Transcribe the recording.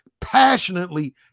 passionately